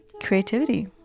creativity